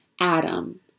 adam